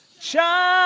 shine